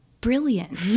brilliant